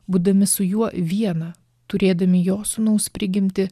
būdami su juo viena turėdami jos sūnaus prigimtį